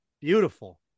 Beautiful